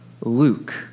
Luke